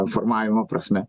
formavimo prasme